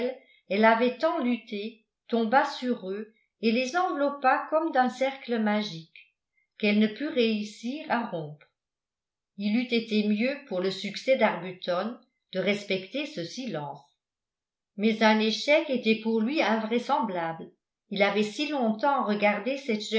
elle avait tant lutté tomba sur eux et les enveloppa comme d'un cercle magique qu'elle ne put réussir à rompre il eût été mieux pour le succès d'arbuton de respecter ce silence mais un échec était pour lui invraisemblable il avait si longtemps regardé